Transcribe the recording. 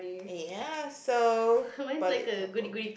eh ya so balik kampung